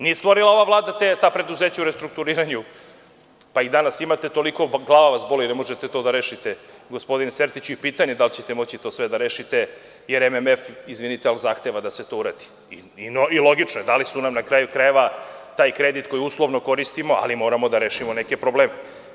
Nije stvorila ova Vlada ta preduzeća u restrukturiranju, pa ih danas imate toliko, glava vas boli ne možete to da rešite, gospodine Sertiću, i pitanje da li ćete moći to sve da rešite, jer MMF, izvinite, zahteva da se uradi i logično je, jer dali su nam, na kraju krajeva, taj kredit koji uslovno koristimo, ali moramo da rešimo neke probleme.